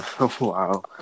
Wow